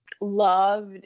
loved